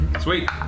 Sweet